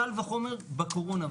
קל וחומר בקורונה.